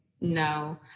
no